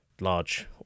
Large